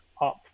up